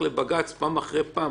כבר בדיונים קודמים,